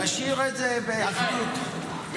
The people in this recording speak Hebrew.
תשאיר את זה באפילו, מה זה,